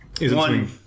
one